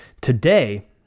Today